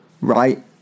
Right